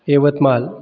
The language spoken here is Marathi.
यवतमाळ